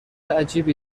عجیبی